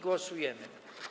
Głosujemy.